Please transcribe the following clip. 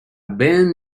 vent